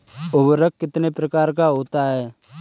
उर्वरक कितने प्रकार का होता है?